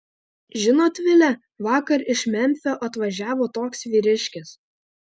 žinot vile vakar iš memfio atvažiavo toks vyriškis